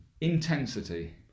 Intensity